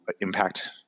impact